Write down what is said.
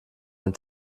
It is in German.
ein